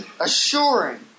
Assuring